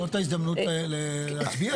זאת ההזדמנות להכריע.